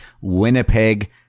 Winnipeg